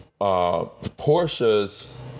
Porsche's